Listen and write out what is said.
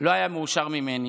לא היה מאושר ממני,